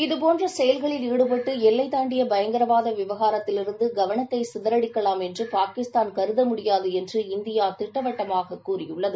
இதுபோன்ற செயல்களில் ஈடுபடுட்டு எல்லைத் தாண்டிய பயங்கரவாத விவகாரத்திலிருந்து கவனத்தை சிதறடிக்கலாம் என்று பாகிஸ்தாள் கருதமுடியாது என்று இந்தியா திட்டவட்டமாக கூறியுள்ளது